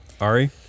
Ari